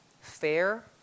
fair